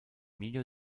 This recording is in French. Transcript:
milieu